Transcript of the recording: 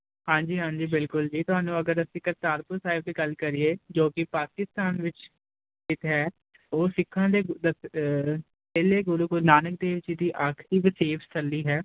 ਹਾਂਜੀ ਹਾਂਜੀ ਬਿਲਕੁਲ ਜੀ ਤੁਹਾਨੂੰ ਅਗਰ ਅਸੀਂ ਕਰਤਾਰਪੁਰ ਸਾਹਿਬ ਦੀ ਗੱਲ ਕਰੀਏ ਜੋ ਕਿ ਪਾਕਿਸਤਾਨ ਵਿੱਚ ਸਥਿਤ ਹੈ ਉਹ ਸਿੱਖਾਂ ਦੇ ਪਹਿਲੇ ਗੁਰੂ ਗੁਰੂ ਨਾਨਕ ਦੇਵ ਜੀ ਦੀ ਆਖਰੀ ਬਸੇਵਲੀ ਹੈ